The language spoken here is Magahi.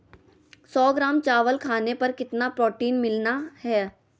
सौ ग्राम चावल खाने पर कितना प्रोटीन मिलना हैय?